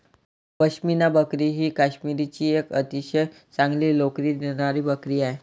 पश्मिना बकरी ही काश्मीरची एक अतिशय चांगली लोकरी देणारी बकरी आहे